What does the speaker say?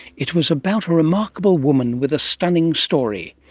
it was about a remarkable woman with a stunning story.